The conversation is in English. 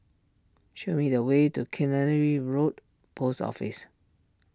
show me the way to Road Post Office